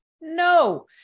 No